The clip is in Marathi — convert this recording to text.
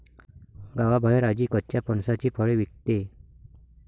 गावाबाहेर आजी कच्च्या फणसाची फळे विकते